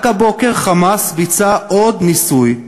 רק הבוקר "חמאס" ביצע עוד ניסוי,